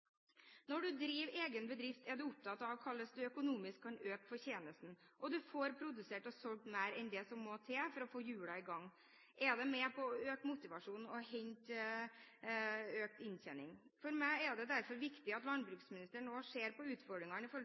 Når du driver egen bedrift, er du opptatt av hvordan du økonomisk kan øke fortjenesten og få produsert og solgt mer enn det som må til for å holde hjulene i gang. Det er med på å øke motivasjonen og inntjeningen. For meg er det derfor viktig at landbruksministeren nå ser på utfordringene i forhold